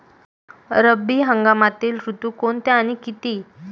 रब्बी हंगामातील ऋतू कोणते आणि किती?